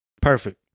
Perfect